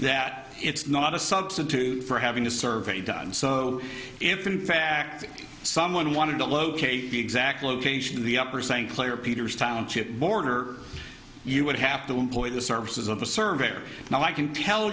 that it's not a substitute for having a survey done so if in fact someone wanted to locate the exact location of the upper saying player peters township border you would have to employ the services of a surveyor now i can tell